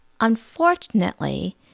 unfortunately